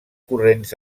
corrents